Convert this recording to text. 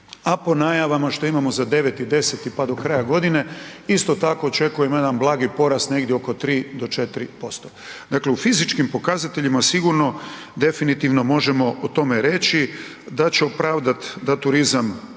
a po najavama što imamo za 9. i 10. pa do kraja godine, isto tako očekujemo jedan blagi porast negdje oko 3 do 4%. Dakle u fizičkim pokazateljima sigurno definitivno možemo o tome reći da će opravdati da turizam